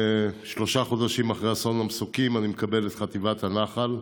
שלושה חודשים אחרי אסון המסוקים אני מקבל את חטיבת הנח"ל,